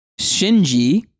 Shinji